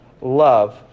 love